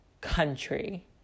country